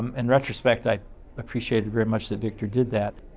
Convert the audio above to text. um in retrospect, i appreciated very much that victor did that.